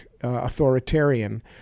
authoritarian